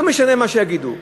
לא משנה מה יגידו,